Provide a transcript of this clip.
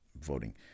voting